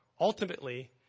ultimately